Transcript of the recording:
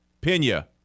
Pena